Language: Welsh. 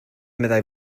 meddai